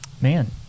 man